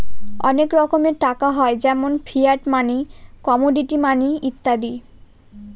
অনেক রকমের টাকা হয় যেমন ফিয়াট মানি, কমোডিটি মানি ইত্যাদি